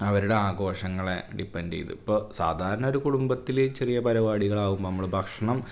അവരുടെ ആഘോഷങ്ങളെ ഡിപ്പെൻ്റ് ചെയ്ത് ഇപ്പോൾ സാധാരണ ഒരു കുടുംബത്തിൽ ചെറിയ പരിപാടികളാകുമ്പം നമ്മൾ ഭക്ഷണം